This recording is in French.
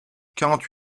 quarante